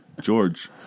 George